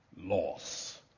loss